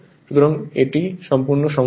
সুতরাং এটি সম্পূর্ণ সমস্যা